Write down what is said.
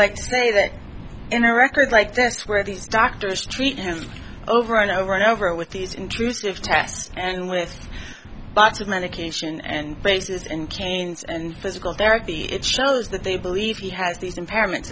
say that in a record like this where these doctors treat his over and over and over with these intrusive tests and with butts of medication and braces and canes and physical therapy it shows that they believed he has these impairment